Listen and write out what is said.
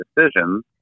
decisions